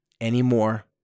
anymore